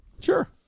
Sure